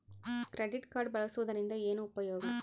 Credit card ಬಳಸುವದರಿಂದ ಏನು ಉಪಯೋಗ?